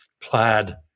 plaid